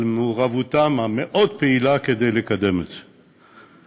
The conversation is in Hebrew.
אלקין, על מעורבותם המאוד-פעילה כדי לקדם את זה.